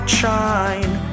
shine